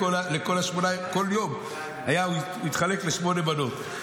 בכל יום היה מתחלק לשמונה מנות.